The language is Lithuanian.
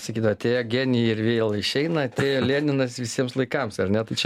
sakydavo atėjo genijai ir vėl išeina atėjo leninas visiems laikams ar ne tai čia